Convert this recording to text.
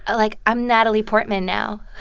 ah like, i'm natalie portman now